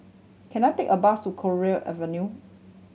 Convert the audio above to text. can I take a bus to Cowdray Avenue